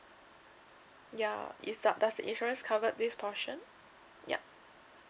ya is th~ does the insurance covered this portion yup